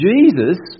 Jesus